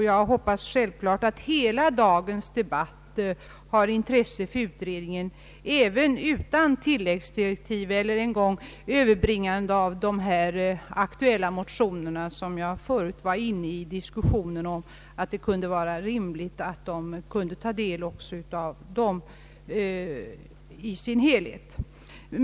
Jag hoppas självklart att hela dagens debatt är av intresse för utredningen även utan tillläggsdirektiv eller utan något överlämnande av de aktuella motioner som det enligt min mening vore rimligt att utredningen fick ta del av i sin helhet.